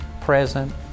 present